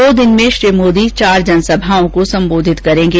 दो दिन में श्री मोदी चार जनसभाओं को संबोधित करेंगे